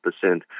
percent